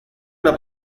una